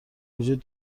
وجود